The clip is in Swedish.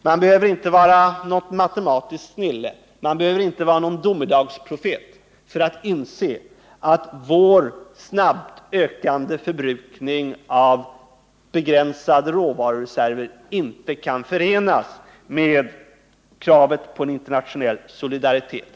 Man behöver inte vara något matematiskt snille och inte heller någon domedagsprofet för att kunna inse att vår snabbt ökande förbrukning av begränsade råvarureserver inte kan förenas med kravet på internationell solidaritet.